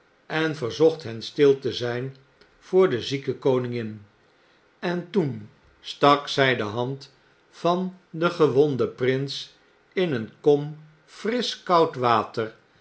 en verzocht hen stil te zyn voor de zieke koningin en toen stak zij de hand van den gewonden prins in een kom frisch koud water